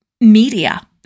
media